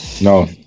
No